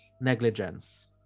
Negligence